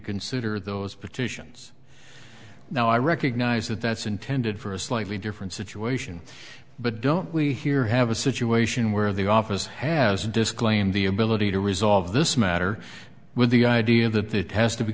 consider those petitions now i recognize that that's intended for a slightly different situation but don't we here have a situation where the office has disclaimed the ability to resolve this matter with the idea that it has to be